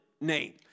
name